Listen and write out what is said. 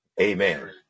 Amen